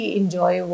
enjoy